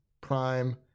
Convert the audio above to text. Prime